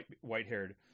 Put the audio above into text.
white-haired